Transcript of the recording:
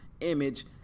image